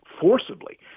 forcibly